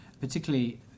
particularly